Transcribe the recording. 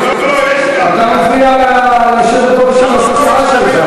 לא, לא, אתה מפריע ליושבת-ראש הסיעה שלך.